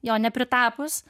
jo nepritapus